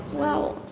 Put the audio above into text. well,